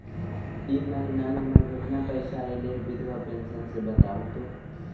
इ महिना मे हमर केतना पैसा ऐले हे बिधबा पेंसन के बताहु तो?